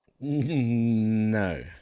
No